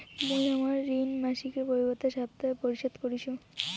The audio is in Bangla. মুই হামার ঋণ মাসিকের পরিবর্তে সাপ্তাহিক পরিশোধ করিসু